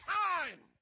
time